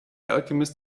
alchemist